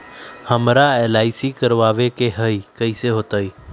हमरा एल.आई.सी करवावे के हई कैसे होतई?